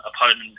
opponent